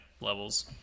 levels